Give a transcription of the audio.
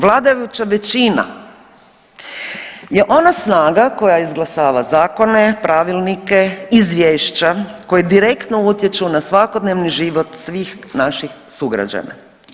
Vladajuća većina je ona snaga koja izglasava zakone, pravilnike, izvješća, koji direktno utječu na svakodnevni život svih naših sugrađana.